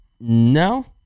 No